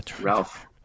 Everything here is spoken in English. Ralph